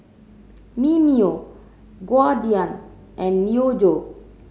Mimeo and Myojo